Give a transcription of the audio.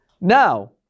now